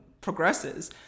progresses